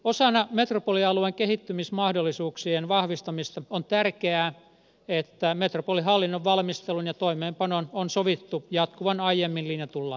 osana metropolialueen kehittymismahdollisuuksien vahvistamista on tärkeää että metropolihallinnon valmistelun ja toimeenpanon on sovittu jatkuvan aiemmin linjatulla tavalla